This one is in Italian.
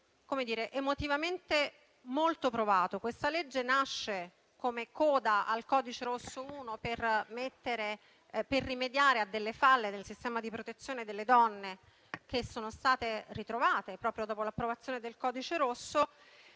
clima emotivamente molto provato. Questa legge nasce come coda "al primo codice rosso" per rimediare a delle falle nel sistema di protezione delle donne che sono state ritrovate proprio dopo l'approvazione del codice stesso.